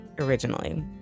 originally